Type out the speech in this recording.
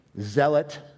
zealot